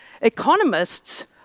Economists